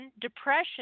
depression